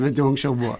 bent jau anksčiau buvo